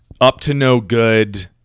up-to-no-good